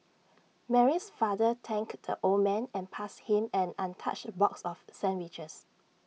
Mary's father thanked the old man and passed him an untouched box of sandwiches